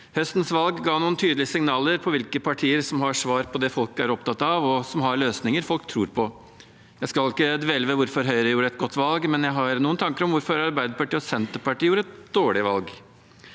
Høstens valg ga noen tydelige signaler om hvilke partier som har svar på det folk er opptatt av, og som har løsninger folk tror på. Jeg skal ikke dvele ved hvorfor Høyre gjorde et godt valg, men jeg har noen tanker om hvorfor Arbeiderpartiet og Senterpartiet gjorde et dårlig valg: